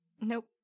Nope